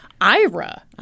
Ira